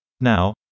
Now